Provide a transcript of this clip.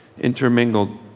intermingled